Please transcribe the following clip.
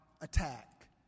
attack